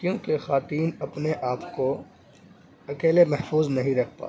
کیونکہ خواتین اپنے آپ کو اکیلے محفوظ نہیں رکھ پاتیں